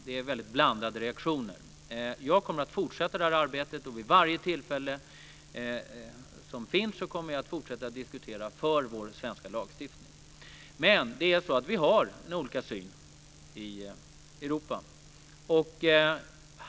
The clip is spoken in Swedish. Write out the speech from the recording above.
Det är väldigt blandade reaktioner. Jag kommer att fortsätta det här arbetet och vid varje tillfälle som finns kommer jag att fortsätta att diskutera för vår svenska lagstiftning. Men vi har olika syn på detta i Europa.